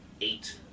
eight